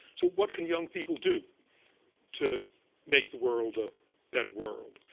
so what can young people do to make the world a better world?